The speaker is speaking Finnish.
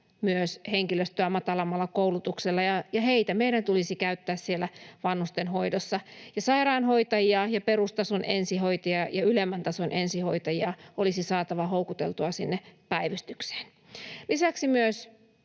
myös henkilöstöä matalammalla koulutuksella, ja heitä meidän tulisi käyttää siellä vanhustenhoidossa, ja sairaanhoitajia ja perustason ensihoitajia ja ylemmän tason ensihoitajia olisi saatava houkuteltua päivystykseen. Lisäksi on myös